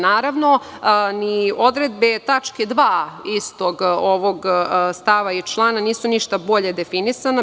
Naravno, ni odredbe tačke 2. istog stava i člana nisu ništa bolje definisane.